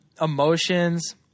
emotions